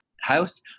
house